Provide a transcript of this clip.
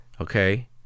okay